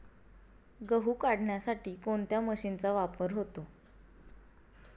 गहू काढण्यासाठी कोणत्या मशीनचा वापर होतो?